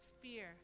fear